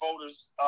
voters